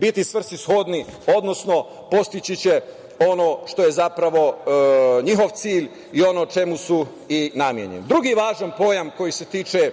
biti svrsishodni, odnosno postići će ono što je zapravo njihov cilj i ono čemu su i namenjeni. Drugi važan pojam koji se tiče